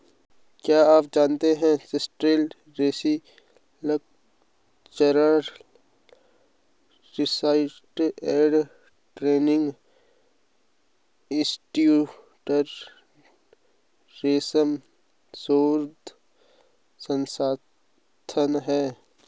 क्या आप जानते है central sericultural research and training institute रेशम शोध संस्थान है?